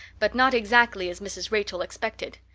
but not exactly as mrs. rachel expected.